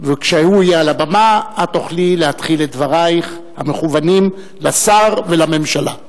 וכשהוא יהיה על הבמה את תוכלי להתחיל את דברייך המכוונים לשר ולממשלה.